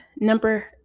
number